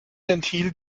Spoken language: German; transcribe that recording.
enthielt